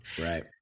right